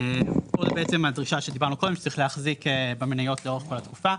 פה זה בעצם הדרישה שדיברנו קודם שצריך להחזיק במניות לאורך כל התקופה,